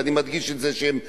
ואני מדגיש את זה שהם ביטחוניים,